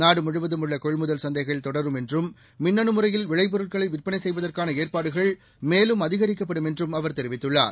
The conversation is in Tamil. நாடுமுழுவதும் உள்ள கொள்முதல் சந்தைகள் தொடரும் என்றும் மின்னனு முறையில் விளைபொருட்களை விற்பனை செய்வதற்கான ஏற்பாடுகள் மேலும் அதிகரிக்கப்படும் என்றும் அவர் தெரிவித்துள்ளார்